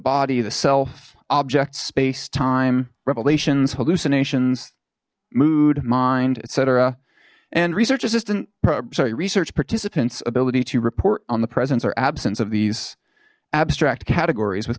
body the self objects space time revelations hallucinations mood mind etc and research assistant sorry research participants ability to report on the presence or absence of these abstract categories with